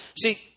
See